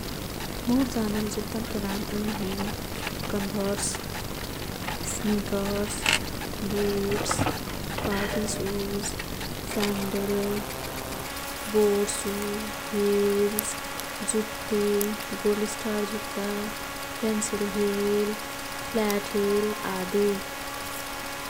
मोर् जानल जुत्तन्के नाम यी हैं। Converse, sneakers, boots, party shoes, sandal, boat shoe, heels, Goldstar जुत्ता, पेन्सिल हिल, फ्ल्याट हिल आदि।